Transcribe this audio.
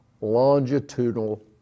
longitudinal